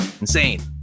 Insane